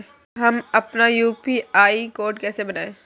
हम अपना UPI code कैसे बनाएँ?